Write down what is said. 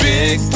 Big